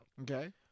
Okay